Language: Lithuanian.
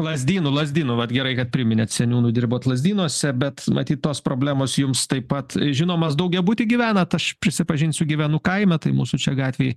lazdynu lazdynų vat gerai kad priminėt seniūnu dirbot lazdynuose bet matyt tos problemos jums taip pat žinomos daugiabuty gyvenat aš prisipažinsiu gyvenu kaime tai mūsų čia gatvėj